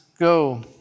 go